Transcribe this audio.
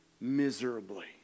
miserably